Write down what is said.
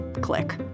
click